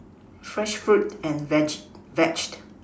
fresh fruit and vege veget~